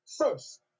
first